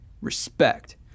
Respect